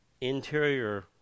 interior